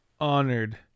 honored